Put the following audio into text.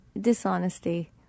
dishonesty